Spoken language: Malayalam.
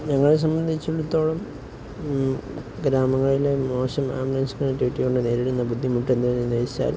ഞങ്ങളെ സംബന്ധിച്ചിടത്തോളം ഗ്രാമങ്ങളിലെ മോശം ആംബുലൻസ് കണക്റ്റിവിറ്റി കൊണ്ട് നേരിടുന്ന ബുദ്ധിമുട്ട് എന്താണെന്ന് ചോദിച്ചാൽ